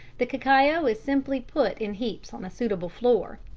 the cacao is simply put in heaps on a suitable floor.